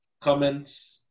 comments